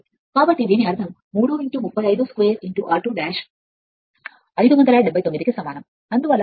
కాబట్టి దీని అర్థం 3 35 2 r2 579 కు సమానం